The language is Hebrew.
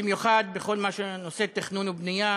במיוחד בכל נושא התכנון והבנייה,